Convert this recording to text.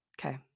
Okay